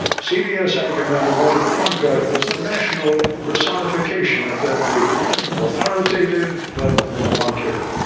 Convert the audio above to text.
cbs anchorman walter cronkite was the national personification of that breed authoritative, but avuncular.